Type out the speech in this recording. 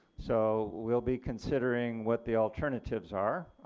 so will be considering what the alternatives are.